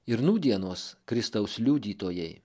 ir nūdienos kristaus liudytojai